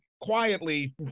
quietly